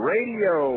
Radio